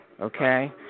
okay